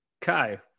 Kai